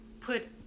put